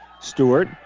Stewart